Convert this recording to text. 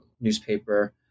newspaper